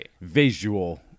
visual